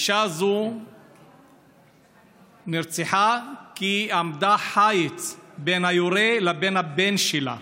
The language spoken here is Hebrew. האישה הזאת נרצחה כי היא עמדה כחיץ בין היורה לבין הבן שלה.